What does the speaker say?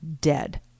dead